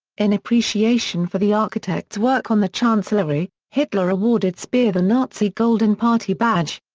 in appreciation for the architect's work on the chancellery, hitler awarded speer the nazi golden party badge.